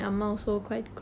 ya then